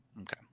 Okay